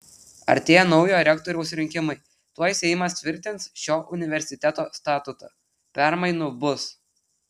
artėja naujo rektoriaus rinkimai tuoj seimas tvirtins šio universiteto statutą permainų bus